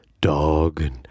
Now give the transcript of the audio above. dog